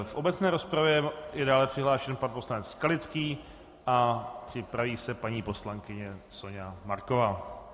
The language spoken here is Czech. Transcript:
V obecné rozpravě je dále přihlášen pan poslanec Skalický a připraví se paní poslankyně Soňa Marková.